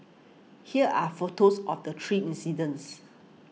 here are photos of the three incidents